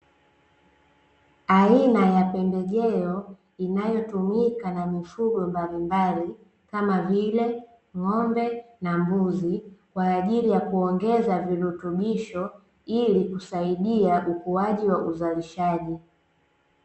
Aina ya pembejeo inayotumika na mifugo mbalimbali kama vile; ng'ombe na mbuzi, kwa ajili ya kuongeza virutubisho ili kusaidia ukuaji wa uzalishaji.